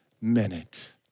minute